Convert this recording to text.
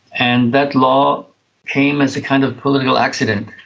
and that law came as a kind of political accident.